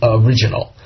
original